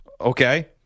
Okay